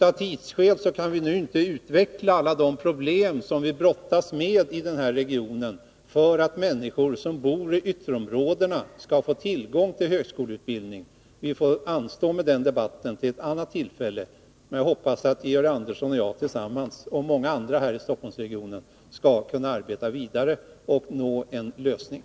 Av tidsskäl kan vi nu inte utveckla alla de problem som vi brottas med i denna region för att människor som bor i ytterområdena skall få tillgång till högskoleutbildning. Vi får anstå med den debatten till ett annat tillfälle. Men jag hoppas att Georg Andersson och jag tillsammans, och många andra här i Stockholmsregionen, skall kunna arbeta vidare och nå en lösning.